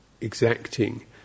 exacting